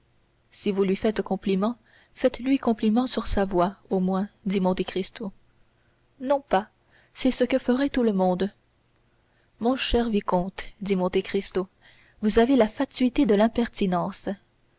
si vous lui faites compliment faites-lui compliment sur sa voix au moins dit monte cristo non pas c'est ce que ferait tout le monde mon cher vicomte dit monte cristo vous avez la fatuité de l'impertinence